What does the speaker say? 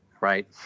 right